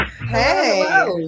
Hey